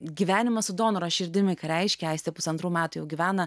gyvenimą su donoro širdimi ką reiškia aistė pusantrų metų jau gyvena